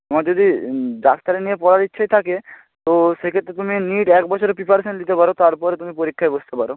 তোমার যদি ডাক্তারি নিয়ে পড়ার ইচ্ছেই থাকে তো সেক্ষেত্রে তুমি নিট এক বছরে প্রিপারেশান নিতে পারো তারপরে তুমি পরীক্ষায় বসতে পারো